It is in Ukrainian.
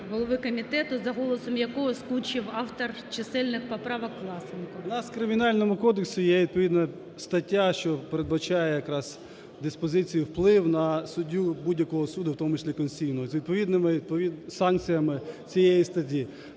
У нас в Кримінальному кодексі є відповідна стаття, що передбачає якраз диспозицію вплив на суддю будь-якого суду, у тому числі конституційного, з відповідними санкціями цієї статті.